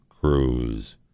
Cruise